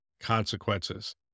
consequences